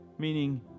meaning